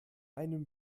einen